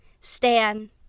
Stan